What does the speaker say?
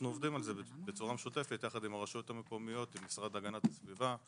עובדים על זה בצורה משותפת יחד עם הרשויות המקומיות והמשרד להגנת הסביבה.